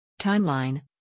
Timeline